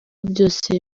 byose